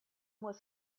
was